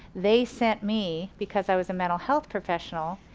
they sent me because i was a mental health professional,